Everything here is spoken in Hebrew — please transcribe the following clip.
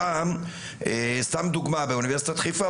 באוניברסיטת חיפה,